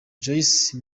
joyce